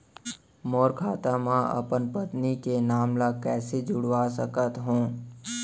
मोर खाता म अपन पत्नी के नाम ल कैसे जुड़वा सकत हो?